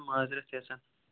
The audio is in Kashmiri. مازرَتھ چھِ یژھان